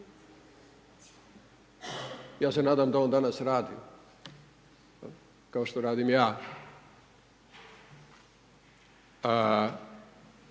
Ja se nadam da on danas radi kao što radim ja.